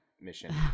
mission